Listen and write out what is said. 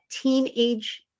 teenage